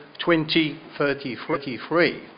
2033